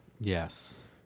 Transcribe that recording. Yes